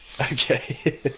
okay